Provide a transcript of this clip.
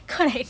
correct